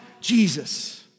Jesus